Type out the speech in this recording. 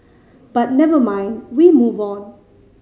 but never mind we move on